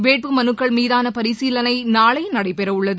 வேட்பு மனுக்கள் மீதானபரிசீலனைநாளைநடைபெறஉள்ளது